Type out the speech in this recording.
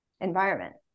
environment